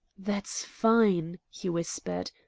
that's fine! he whispered.